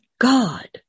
God